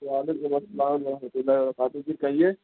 وعلیکم السلام ورحمۃ اللہ وبرکاتہ جی کہیے